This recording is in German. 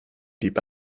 deep